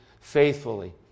faithfully